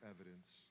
evidence